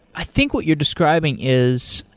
i think what you're describing is,